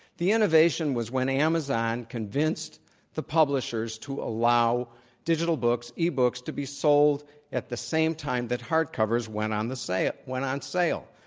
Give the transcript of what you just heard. the innovation was when amazon convinced the publishers to allow digital books, ebooks, to be sold at the same time that hardcovers went on the sale went on sale.